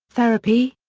therapy?